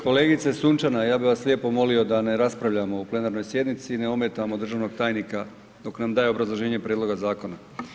Kolegice Sunčana, ja bi vas lijepo molio da ne raspravljamo u plenarnoj sjednici i ne ometamo državnog tajnika dok nam daje obrazloženje prijedloga zakona.